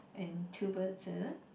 and two birds is it